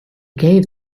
gave